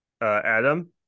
Adam